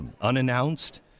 unannounced